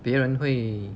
别人会